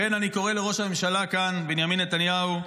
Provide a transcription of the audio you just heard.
לכן אני קורא לראש הממשלה כאן, בנימין נתניהו: